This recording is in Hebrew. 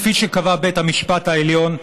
כפי שקבע בית המשפט העליון,